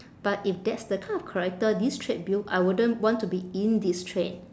but if that's the kind of character this trade build I wouldn't want to be in this trade